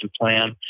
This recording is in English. plan